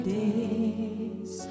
days